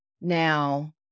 now